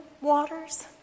waters